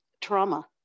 trauma